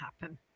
happen